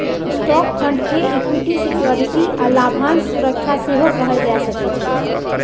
stock fund के equity security आ लाभांश सुरक्षा सेहो कहल जा सकइ छै